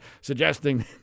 suggesting